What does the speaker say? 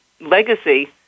legacy